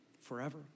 forever